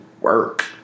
work